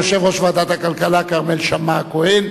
תודה רבה ליושב-ראש ועדת הכלכלה כרמל שאמה-הכהן.